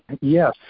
Yes